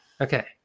Okay